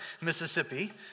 Mississippi